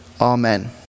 Amen